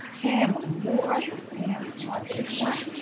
pam moore from pam marketing nut.